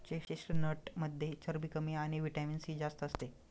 चेस्टनटमध्ये चरबी कमी आणि व्हिटॅमिन सी जास्त असते